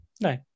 No